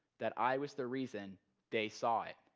that i was the reason they saw it.